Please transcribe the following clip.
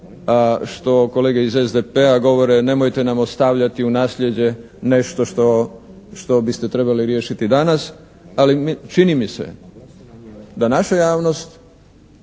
što kolege iz SDP-a govore nemojte nam ostavljati u nasljeđe nešto što biste trebali riješiti danas, ali čini mi se da naša javnost,